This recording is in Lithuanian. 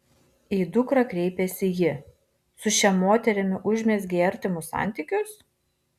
į dukrą kreipėsi ji su šia moterimi užmezgei artimus santykius